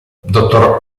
dottor